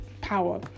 power